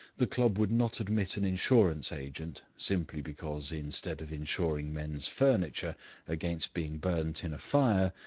the club would not admit an insurance agent simply because instead of insuring men's furniture against being burnt in a fire,